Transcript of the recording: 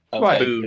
Right